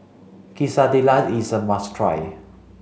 quesadillas is a must try